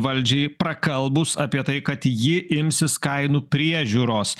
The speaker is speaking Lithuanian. valdžiai prakalbus apie tai kad ji imsis kainų priežiūros